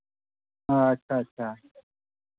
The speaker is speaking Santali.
ᱟᱪᱪᱷᱟ ᱟᱪᱪᱷᱟ